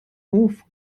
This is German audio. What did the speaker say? hof